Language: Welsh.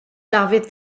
dafydd